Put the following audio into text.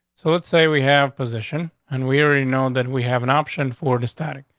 so let's say we have position and we already know that we have an option for the static.